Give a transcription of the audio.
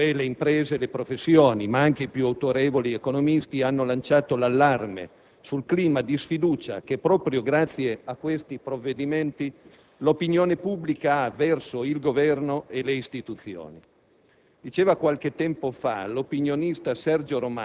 Da mesi non solo l'Italia produttiva, e cioè le imprese e le professioni, ma anche i più autorevoli economisti hanno lanciato l'allarme sul clima di sfiducia che proprio grazie a questi provvedimenti l'opinione pubblica ha verso il Governo e le istituzioni.